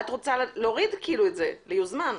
את רוצה להוריד את זה ולומר שהוא יוזמן.